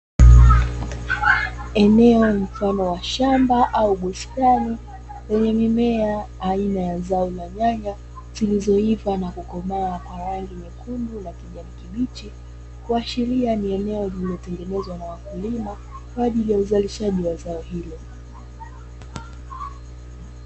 Eneo mfano wa shamba au bustani lenye mimea aina ya zao la nyanya, zilizoiva na kukomaa kwa rangi nyekundu na kijani kibichi, kuashiria ni eneo lililotengenezwa na wakulima kwa ajili ya uzalishaji wa zao hilo.